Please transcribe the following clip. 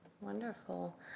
Wonderful